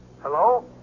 Hello